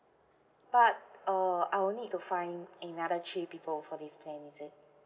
but uh I will need to find another three people for this plan is it